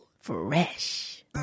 fresh